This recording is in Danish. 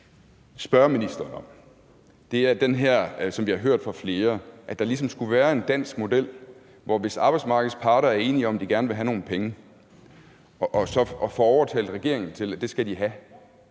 handler om, at der ligesom skulle være en dansk model: Hvis arbejdsmarkedets parter er enige om, at de gerne vil have nogle penge, og så får overtalt regeringen til, at det skal de have,